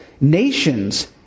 nations